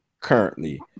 Currently